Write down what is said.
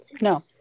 No